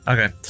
Okay